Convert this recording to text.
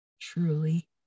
truly